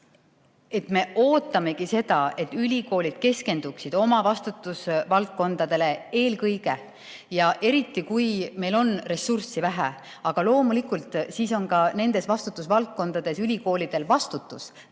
me ootamegi seda, et ülikoolid keskenduksid oma vastutusvaldkondadele eelkõige ja eriti, kui meil on ressurssi vähe. Aga loomulikult on siis nendes vastutusvaldkondades ülikoolidel vastutus